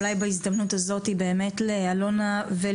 אולי בהזדמנות הזאתי באמת לא' ו',